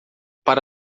para